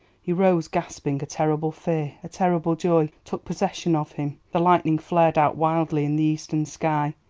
he rose, gasping a terrible fear, a terrible joy, took possession of him. the lightning flared out wildly in the eastern sky.